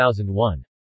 2001